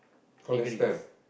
call next time